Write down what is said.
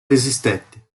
resistette